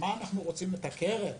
למה אנחנו רוצים את הקרן?